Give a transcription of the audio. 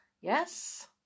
yes